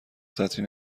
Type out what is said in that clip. سطری